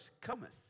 cometh